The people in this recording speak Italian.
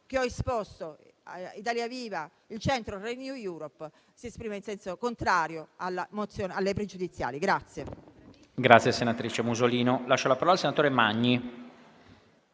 che ho esposto Italia Viva-il Centro-Renew Europe si esprime in senso contrario alle pregiudiziali